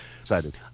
Excited